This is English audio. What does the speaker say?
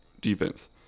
defense